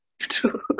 True